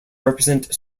represent